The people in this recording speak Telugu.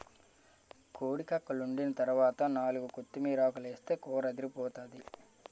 కోడి కక్కలోండిన తరవాత నాలుగు కొత్తిమీరాకులేస్తే కూరదిరిపోతాది